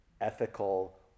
ethical